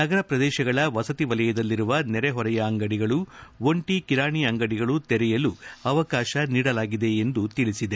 ನಗರ ಪ್ರದೇಶಗಳ ವಸತಿ ವಲಯದಲ್ಲಿರುವ ನೆರೆಹೊರೆಯ ಅಂಗಡಿಗಳು ಒಂಟಿ ಕಿರಾಣಿ ಅಂಗಡಿಗಳು ತೆರೆಯಲು ಅವಕಾಶ ನೀಡಲಾಗಿದೆ ಎಂದು ತಿಳಿಸಿದೆ